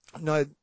No